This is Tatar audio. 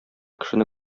кешене